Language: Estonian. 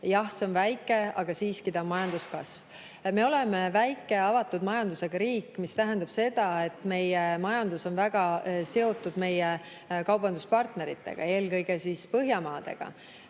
Jah, see on väike, aga see on siiski majanduskasv. Me oleme väike ja avatud majandusega riik, mis tähendab seda, et meie majandus on väga seotud meie kaubanduspartneritega, eelkõige Põhjamaadega.